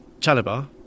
Chalabar